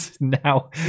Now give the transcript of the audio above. Now